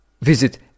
Visit